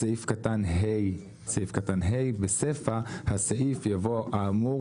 בסעיף קטן (ה)(ה) בסיפה הסעיף יבוא "האמור